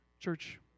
Church